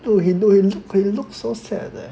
he look he look so sad leh